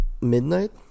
midnight